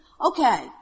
Okay